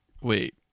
Wait